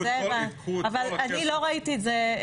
אבל אני לא ראיתי את זה,